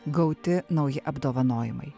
gauti nauji apdovanojimai